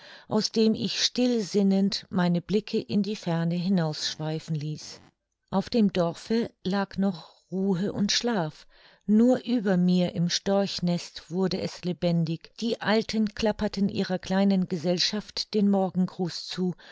aus dem ich still sinnend meine blicke in die ferne hinaus schweifen ließ auf dem dorfe lag noch ruhe und schlaf nur über mir im storchnest wurde es lebendig die alten klapperten ihrer kleinen gesellschaft den morgengruß zu